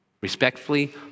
Respectfully